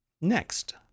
next